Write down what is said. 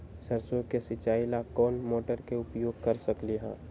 सरसों के सिचाई ला कोंन मोटर के उपयोग कर सकली ह?